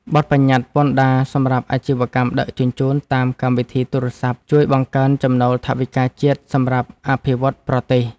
បទប្បញ្ញត្តិពន្ធដារសម្រាប់អាជីវកម្មដឹកជញ្ជូនតាមកម្មវិធីទូរស័ព្ទជួយបង្កើនចំណូលថវិកាជាតិសម្រាប់អភិវឌ្ឍប្រទេស។